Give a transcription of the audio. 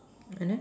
and then